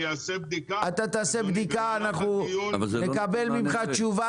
אתה תעשה בדיקה ואנחנו נקבל ממך תשובה